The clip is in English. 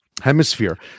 Hemisphere